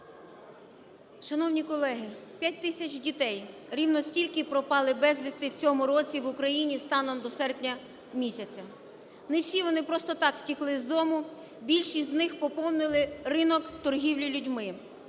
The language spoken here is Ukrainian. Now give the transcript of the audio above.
Шановні колеги, 5 тисяч дітей – рівно стільки пропали безвісти в цьому році в Україні станом до серпня місяця. Не всі вони просто так втекли з дому, більшість з них поповнили ринок торгівлі людьми.